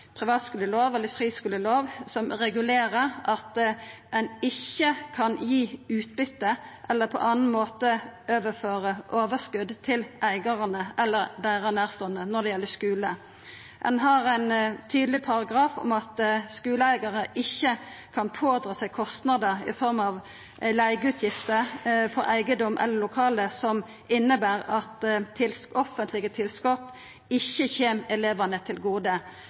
privatskulelov, eller friskulelov, som regulerer at ein ikkje kan gi utbyte eller på annan måte overføra overskot til eigarane eller deira nærståande når det gjeld skule. Ein har ein tydeleg paragraf om at skuleeigarar ikkje kan pådra seg kostnader i form av leigeutgifter på eigedom eller lokale som inneber at offentlege tilskot ikkje kjem elevane til gode.